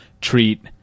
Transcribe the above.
treat